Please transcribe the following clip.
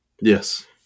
Yes